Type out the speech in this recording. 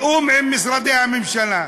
בתיאום עם משרדי הממשלה.